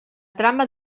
trama